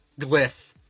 glyph